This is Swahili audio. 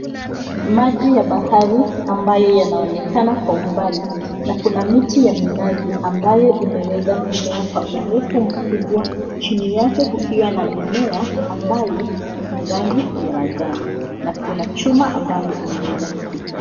Maji ya bahari ambayo yanaonekana kwa umbali na kuna miti ya minazi ambayo imeweza kumea kwa urefu mkubwa. Chini yake kukiwa na mimea ambayo ni rangi ya manjano na kuna chuma ambayo imeweza kupita.